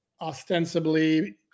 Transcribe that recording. ostensibly